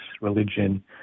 religion